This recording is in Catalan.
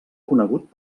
conegut